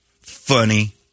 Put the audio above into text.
funny